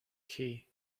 key